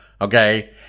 Okay